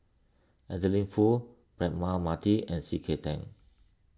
Adeline Foo Braema Mathi and C K Tang